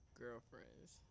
girlfriends